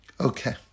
Okay